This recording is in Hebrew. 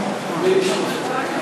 ברכה.